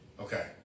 Okay